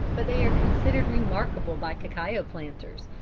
but they are considered remarkable by cacao planters,